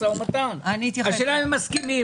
השאלה אם הם מסכימים,